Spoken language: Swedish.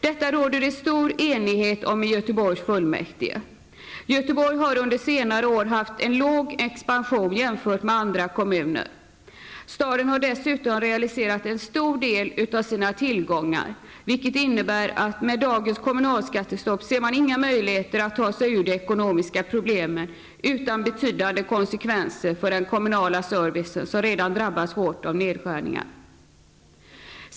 Detta råder det stor enighet om i Göteborgs kommunfullmäktige. Göteborg har under senare år haft en låg expansion jämfört med andra kommuner. Staden har dessutom realiserat en stor del av sina tillgångar, vilket innebär att man med dagens kommunalskattestopp inte ser några möjligheter att ta sig ur de ekonomiska problemen utan betydande konsekvenser för den kommunala servicen, som redan drabbats hårt av nedskärningar.